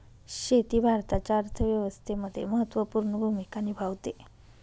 शेती भारताच्या अर्थव्यवस्थेमध्ये महत्त्वपूर्ण भूमिका निभावते